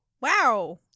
wow